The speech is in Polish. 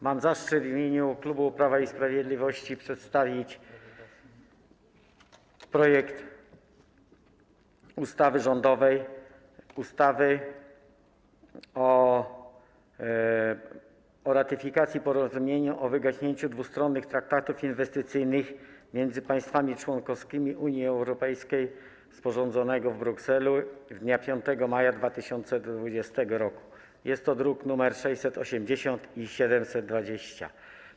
Mam zaszczyt w imieniu klubu Prawo i Sprawiedliwość przedstawić rządowy projekt ustawy o ratyfikacji Porozumienia o wygaśnięciu dwustronnych traktatów inwestycyjnych między państwami członkowskimi Unii Europejskiej, sporządzonego w Brukseli dnia 5 maja 2020 r., druki nr 680 i 721.